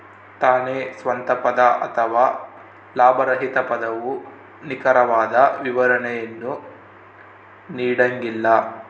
ತಾನೇ ಸ್ವಂತ ಪದ ಅಥವಾ ಲಾಭರಹಿತ ಪದವು ನಿಖರವಾದ ವಿವರಣೆಯನ್ನು ನೀಡಂಗಿಲ್ಲ